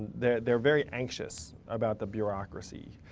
they're they're very anxious about the bureaucracy.